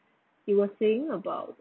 you were saying about